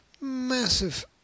massive